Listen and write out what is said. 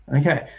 Okay